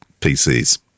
PCs